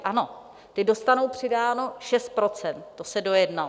Ano, ti dostanou přidáno 6 %, to se dojednalo.